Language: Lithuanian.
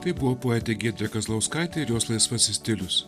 tai buvo poetė giedrė kazlauskaitė ir jos laisvasis stilius